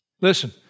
Listen